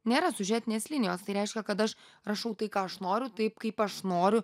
nėra siužetinės linijos tai reiškia kad aš rašau tai ką aš noriu taip kaip aš noriu